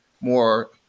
more